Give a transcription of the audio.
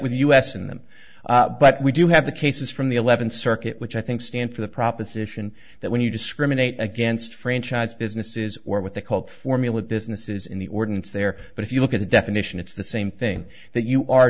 with us in them but we do have the cases from the eleventh circuit which i think stand for the proposition that when you discriminate against franchise businesses or with the called formula businesses in the ordinance there but if you look at the definition it's the same thing that you are